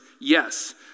Yes